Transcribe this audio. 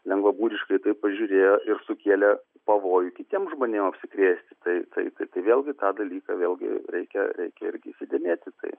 lengvabūdiškai į tai pažiūrėjo ir sukėlė pavojų kitiems žmonėm apsikrėsti tai tai tai vėlgi tą dalyką vėlgi reikia reikia irgi įsidėmėti tai